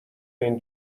این